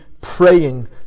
praying